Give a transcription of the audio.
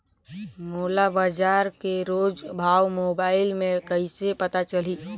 मोला बजार के रोज भाव मोबाइल मे कइसे पता चलही?